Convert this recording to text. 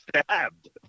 stabbed